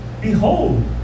Behold